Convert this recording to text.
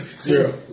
zero